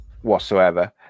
whatsoever